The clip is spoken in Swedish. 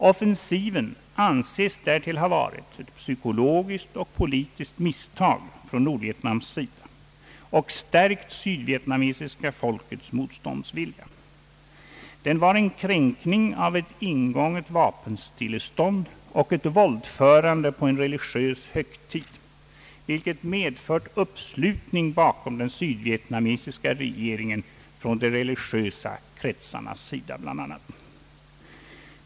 Offensiven anses därtill ha varit ett psykologiskt och politiskt misstag från Nordvietnams sida och stärkt det sydvietnamesiska folkets moståndsvilja. Den var en kränkning av ett ingånget vapenstillestånd och ett våldförande på en religiös högtid, vilket medfört uppslutning bakom den sydvietnamesiska regeringen från bl.a. de religiösa kretsarna.